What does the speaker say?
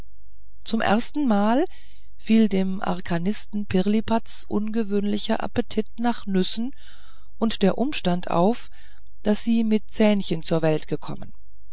zum erstenmal fiel dem arkanisten pirlipats ungewöhnlicher appetit nach nüssen und der umstand auf daß sie mit zähnchen zur welt gekommen